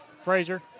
Frazier